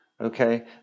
Okay